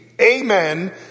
Amen